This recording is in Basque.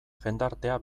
jendartea